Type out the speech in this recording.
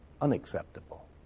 unacceptable